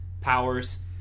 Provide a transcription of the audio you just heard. powers